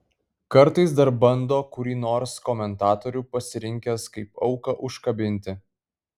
kartais dar bando kurį nors komentatorių pasirinkęs kaip auką užkabinti